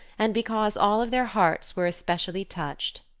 and because all of their hearts were especially touched.